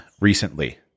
recently